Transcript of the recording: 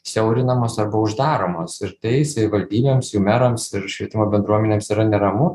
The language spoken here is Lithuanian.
siaurinamos arba uždaromos ir tai savivaldybėms jų merams ir švietimo bendruomenėms yra neramu